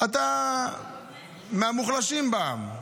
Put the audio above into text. אתה מהמוחלשים בעם,